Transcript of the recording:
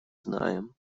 знаем